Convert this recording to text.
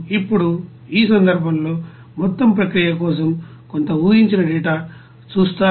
ఇప్పుడు ఈ సందర్భంలో మొత్తం ప్రక్రియ కోసం కొంత ఊహించిన డేటా చూస్తారు